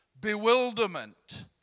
bewilderment